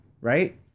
right